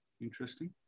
interesting